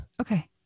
Okay